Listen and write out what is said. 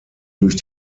durch